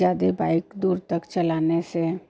ज़्यादा बाइक़ दूर तक चलाने से